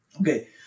Okay